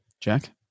Jack